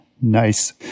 nice